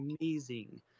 amazing